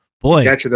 Boy